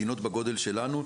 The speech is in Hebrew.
מדינות בגודל שלנו,